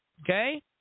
Okay